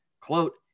quote